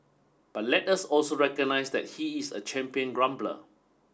but let us also recognize that he is a champion grumbler